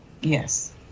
yes